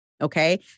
Okay